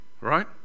Right